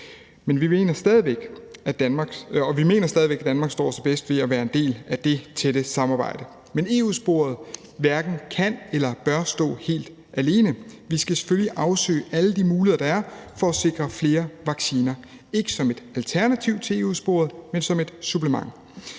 Og vi mener stadig væk, at Danmark står sig bedst ved at være en del af det tætte samarbejde. Men EU-sporet hverken kan eller bør stå helt alene. Vi skal selvfølgelig afsøge alle de muligheder, der er, for at sikre flere vacciner, ikke som et alternativ til EU-sporet, men som et supplement.